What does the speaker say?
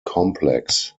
complex